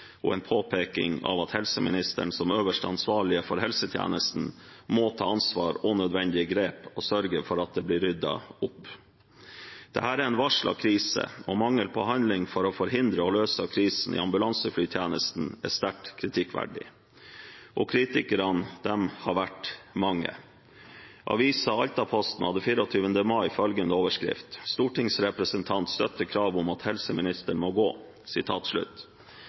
og en påpeking av at helseministeren som øverste ansvarlig for helsetjenesten må ta ansvar og nødvendige grep og sørge for at det blir ryddet opp. Dette er en varslet krise, og mangel på handling for å forhindre og løse krisen i ambulanseflytjenesten er sterkt kritikkverdig. Og kritikerne har vært mange. Avisen Altaposten hadde den 24. mai følgende overskrift: «Stortingsrepresentant støtter kravet om at helseministeren må gå».